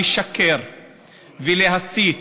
ולשקר ולהסית